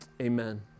Amen